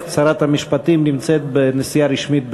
שרת המשפטים נמצאת בנסיעה רשמית בחוץ-לארץ,